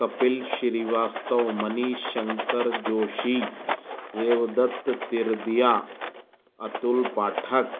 Kapil Shrivastava Manishankar Joshi Devdutt Tirdiya Atul Pathak